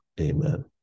Amen